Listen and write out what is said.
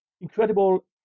incredible